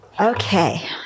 Okay